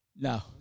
No